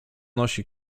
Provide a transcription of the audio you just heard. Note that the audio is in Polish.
nosi